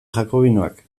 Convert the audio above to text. jakobinoak